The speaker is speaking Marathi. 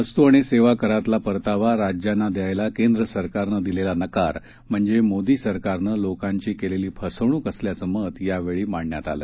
वस्तू आणि सेवाकरातला परतावा राज्यांना द्यायला केंद्र सरकारनं दिलेला नकार म्हणजे मोदी सरकारनं लोकांची केलेली फसवणूक असल्याचं मत यावेळी मांडण्यात आलं